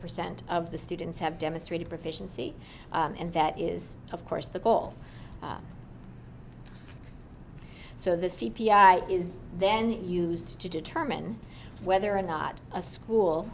percent of the students have demonstrated proficiency and that is of course the goal so the c p i is then used to determine whether or not a school